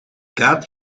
kaat